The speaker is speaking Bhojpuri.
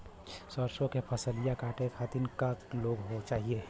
सरसो के फसलिया कांटे खातिन क लोग चाहिए?